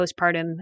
postpartum